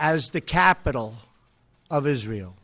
as the capital of israel